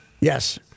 Yes